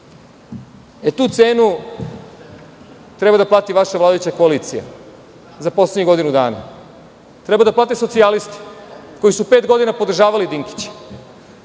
Tu cenu treba da plati vaša vladajuća koalicija za poslednjih godinu dana, treba da plate socijalisti, koji su pet godina podržavali Dinkića,